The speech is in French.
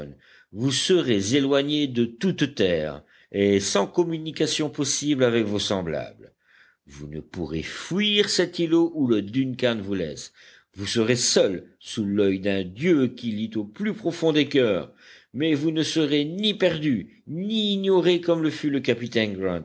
vous serez éloigné de toute terre et sans communication possible avec vos semblables vous ne pourrez fuir cet îlot où le duncan vous laisse vous serez seul sous l'oeil d'un dieu qui lit au plus profond des coeurs mais vous ne serez ni perdu ni ignoré comme le fut le capitaine